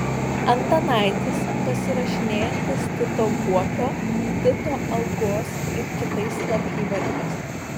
antanaitis pasirašinėjantis tito guopio tito algos ir kitais slapyvardžiais